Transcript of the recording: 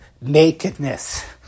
nakedness